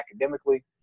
academically